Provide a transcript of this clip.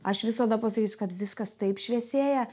aš visada pasakysiu kad viskas taip šviesėja